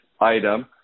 item